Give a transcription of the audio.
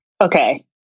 Okay